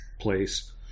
place